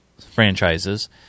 franchises